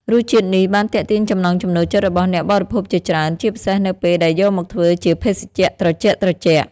រសជាតិនេះបានទាក់ទាញចំណង់ចំណូលចិត្តរបស់អ្នកបរិភោគជាច្រើន ជាពិសេសនៅពេលដែលយកមកធ្វើជាភេសជ្ជៈត្រជាក់ៗ។